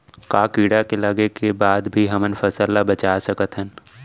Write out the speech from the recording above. का कीड़ा लगे के बाद भी हमन फसल ल बचा सकथन?